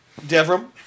Devram